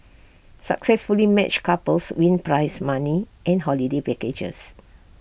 successfully matched couples win prize money and holiday packages